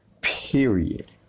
Period